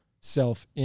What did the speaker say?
self